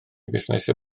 fusnesau